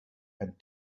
and